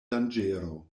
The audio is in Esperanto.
danĝero